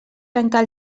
trencar